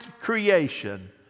creation